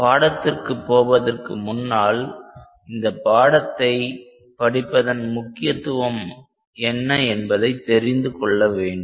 பாடத்திற்கு போவதற்கு முன்னால் இந்த பாடத்தை படிப்பதன் முக்கியத்துவம் என்ன என்பதை தெரிந்துகொள்ள வேண்டும்